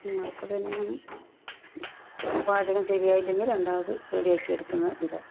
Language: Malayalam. ഇങ്ങനെയൊക്കെ തന്നെയാണ് പാചകം ശരിയായില്ലെങ്കിൽ രണ്ടാമത് റെഡി ആക്കി എടുക്കുന്ന വിധം